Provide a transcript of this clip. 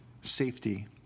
safety